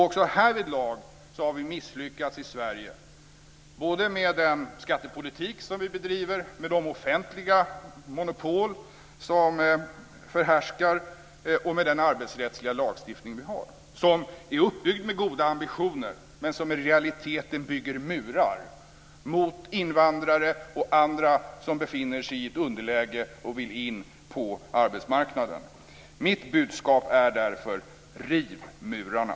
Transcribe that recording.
Också härvidlag har vi misslyckats i Sverige med den skattepolitik som vi bedriver, de offentliga monopol som förhärskar och den arbetsrättsliga lagstiftning vi har, som är uppbyggd med goda ambitioner men som i realiteten bygger murar mot invandrare och andra som befinner sig i ett underläge och vill in på arbetsmarknaden. Mitt budskap är därför: Riv murarna.